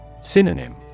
Synonym